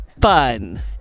fun